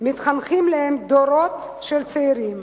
מתחנכים להם דורות של צעירים